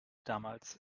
damals